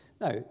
Now